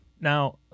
Now